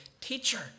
Teacher